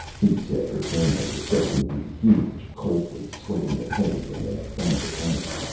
he said urbanely, accepting the huge, coldly sweating napoleon in a bank of ice.